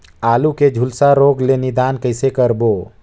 आलू के झुलसा रोग ले निदान कइसे करबो?